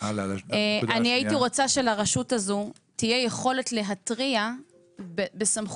אני הייתי רוצה שלרשות הזו תהיה יכולת להתריע בסמכות